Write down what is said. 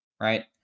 right